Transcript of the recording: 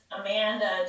Amanda